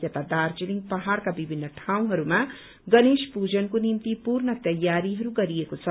यता दार्जीलिङ पहाड़का विभित्र ठाउँहरूमा गणेश पूजनको निम्ति पूर्ण तयारीहरू गरिएको छ